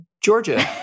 Georgia